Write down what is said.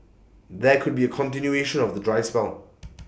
there could be A continuation of the dry spell